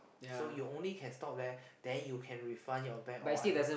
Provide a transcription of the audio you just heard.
so you only can stop there then you can refund your bag or whatever